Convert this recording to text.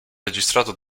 registrato